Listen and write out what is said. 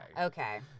okay